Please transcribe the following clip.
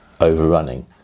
overrunning